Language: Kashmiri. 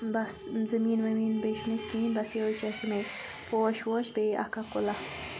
بَس زٔمیٖن ومیٖن بیٚیہِ چھُنہٕ اسہِ کہیٖنۍ بَس یہے چھِ اسہِ یِمے پوش ووش بیٚیہِ اَکھ اَکھ کُلہَ